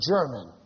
German